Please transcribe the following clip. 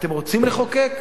אתם רוצים לחוקק?